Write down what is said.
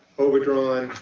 overdrawn.